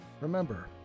Remember